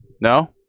No